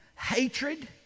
hatred